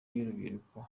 y’urubyiruko